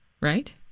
right